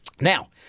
Now